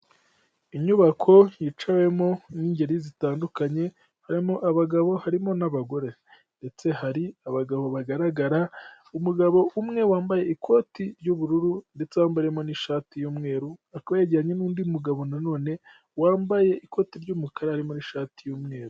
Inyubako yicayewemo n'ingeri zitandukanye, harimo abagabo harimo n'abagore ndetse hari abagabo bagaragara, umugabo umwe wambaye ikoti ry'ubururu ndetse wambariyemo n'ishati y'umweru akaba yegeranye n'undi mugabo na none wambaye ikoti ry'umukara harimo n'ishati y'umweru.